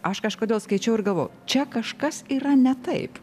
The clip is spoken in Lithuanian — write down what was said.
aš kažkodėl skaičiau ir galvojau čia kažkas yra ne taip